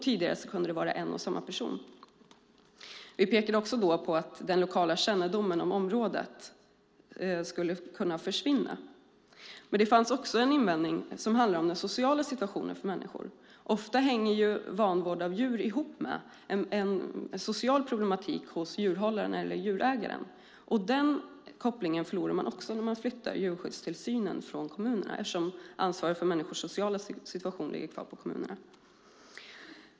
Tidigare kunde en och samma person göra den. Vidare pekar vi på att den lokala kännedomen om området skulle kunna försvinna. Det fanns också en invändning som gällde den sociala situationen för människor. Ofta hänger vanvård av djur ihop med en social problematik hos djurhållaren eller djurägaren. Den kopplingen förlorar man när man flyttar djurskyddstillsynen från kommunerna eftersom ansvaret för människors sociala situation ligger kvar på kommunerna.